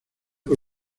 por